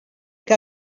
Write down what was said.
que